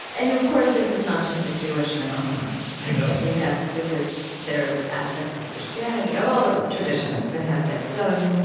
and, of course, this is not just a jewish phenomenon i know we have this is there are aspects of christianity, of all the traditions that have this. so and